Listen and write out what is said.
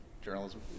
journalism